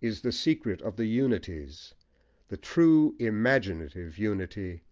is the secret of the unities the true imaginative unity